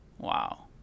Wow